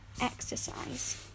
exercise